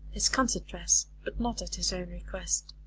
his concert dress, but not at his own request.